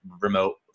remote